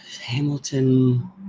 Hamilton